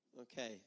Okay